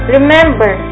Remember